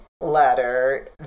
letter